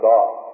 God